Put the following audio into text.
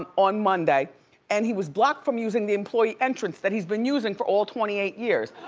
um on monday and he was blocked from using the employee entrance that he's been using for all twenty eight years.